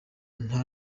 nta